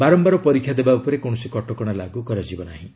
ବାରମ୍ଘାର ପରୀକ୍ଷା ଦେବା ଉପରେ କୌଶସି କଟକଣା ଲାଗୁ କରାଯିବ ନାହିଁ